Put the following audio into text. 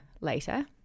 later